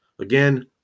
Again